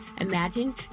Imagine